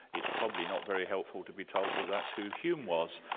it's probably not very helpful to be told that that's who hume was,